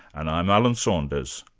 and i'm alan saunders.